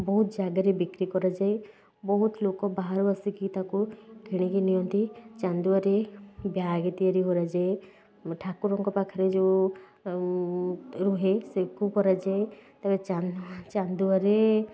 ବହୁତ ଯାଗାରେ ବିକ୍ରି କରାଯାଏ ବହୁତ ଲୋକ ବାହାରୁ ଆସିକି ତା'କୁ କିଣି କି ନିଅନ୍ତି ଚାନ୍ଦୁଆରେ ବ୍ୟାଗ୍ ତିଆରି କରାଯାଏ ଠାକୁରଙ୍କ ପାଖରେ ଯେଉଁ ରୁହେ ସେକୁ କରାଯାଏ ତେବେ ଚାନ୍ଦୁଆ ଚାନ୍ଦୁଆରେ